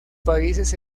países